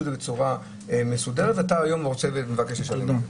את זה בצורה מסודרת ואתה היום מבקש שישלמו.